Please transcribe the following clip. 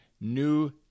new